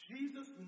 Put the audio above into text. Jesus